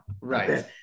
right